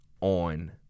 on